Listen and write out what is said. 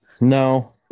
No